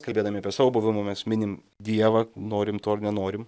kalbėdami apie savo buvimą mes minim dievą norim to ar nenorim